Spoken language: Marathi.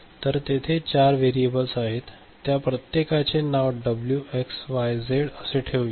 तर तेथे 4 व्हेरिएबल्स आहेत त्या प्रत्येकाचे नाव डब्ल्यू एक्स वाय झेड असं ठेवूया